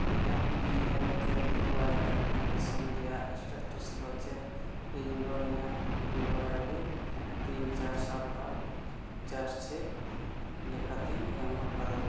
ᱤᱧᱟᱹᱜ P M ᱠᱮ ᱵᱷᱤ ᱚᱣᱟᱭ ᱮᱯᱞᱤᱠᱮᱥᱚᱱ ᱨᱮᱱᱟᱜ ᱥᱴᱮᱴᱟᱥ ᱫᱚ ᱪᱮᱫ ᱤᱧᱫᱚ ᱤᱧᱟᱹᱜ ᱵᱤᱰᱟᱹᱣ ᱟᱭᱰᱤ ᱛᱤᱱ ᱪᱟᱨ ᱥᱟᱛ ᱟᱴ ᱪᱟᱨ ᱪᱷᱚᱭ ᱞᱮᱠᱟᱛᱤᱧ ᱮᱢ ᱠᱟᱫᱟ